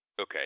okay